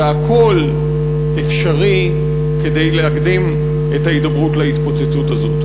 והכול אפשרי כדי להקדים את ההידברות להתפוצצות הזאת.